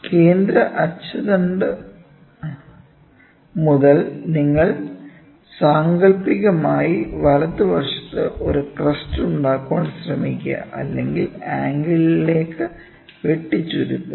കേന്ദ്ര അച്ചുതണ്ട് മുതൽ നിങ്ങൾ സാങ്കൽപ്പികമായി വലതുവശത്ത് ഒരു ക്രെസ്റ് ഉണ്ടാക്കാൻ ശ്രമിക്കുക അല്ലെങ്കിൽ ആംഗിളിലേക്ക് വെട്ടിച്ചുരുക്കുക